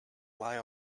lie